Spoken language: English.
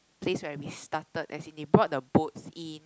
place where we started as in they brought the boats in